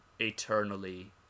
eternally